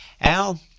Al